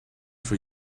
for